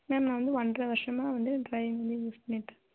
ma'am வந்து ஒன்ரை வருஷமாக வந்து டிரைவிங் வந்து யூஸ் பண்ணிகிட்டு இருக்கேன்